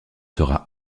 sera